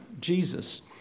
Jesus